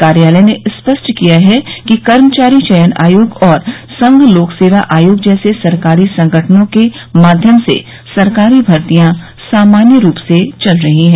कार्यालय ने स्पष्ट किया है कि कर्मचारी चयन आयोग और संघ लोक सेवा आयोग जैसे सरकारी संगठनों के माध्यम से सरकारी भर्तियां सामान्य रूप से चल रही हैं